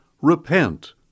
Repent